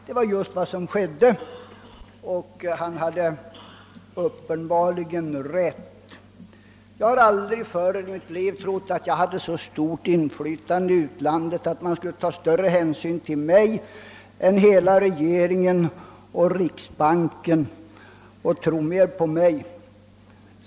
Det var just vad som skedde; han hade uppenbarligen rätt. Jag har aldrig tidigare anat att jag ägde så stort inflytande i utlandet att man skulle ta större hänsyn till mig än till hela regeringen och riksbanken.